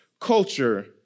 culture